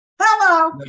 Hello